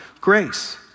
grace